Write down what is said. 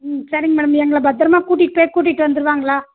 ம் சரிங் மேடம் எங்களை பத்தரமாக கூட்டியிட்டு போய் கூட்டிகிட்டு வந்துருவாங்களா